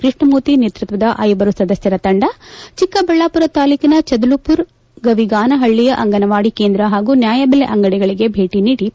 ಕೃಷ್ಣಮೂರ್ತಿ ನೇತೃತ್ವದ ಐವರು ಸದಸ್ನರ ತಂಡ ಚಿಕ್ಕಬಳ್ಳಾಪುರ ತಾಲೂಕಿನ ಚದಲುಪುರ ಗವಿಗಾನಪಳ್ಲಿಯ ಅಂಗನವಾಡಿ ಕೇಂದ್ರ ಹಾಗೂ ನ್ಯಾಯಬೆಲೆ ಅಂಗಡಿಗಳಿಗೆ ಭೇಟಿ ನೀಡಿ ಪರಿಶೀಲಿಸಿತು